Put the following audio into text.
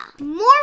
More